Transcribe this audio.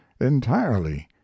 entirely